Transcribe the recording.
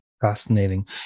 Fascinating